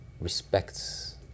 respects